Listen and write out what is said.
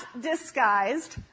disguised